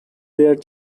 their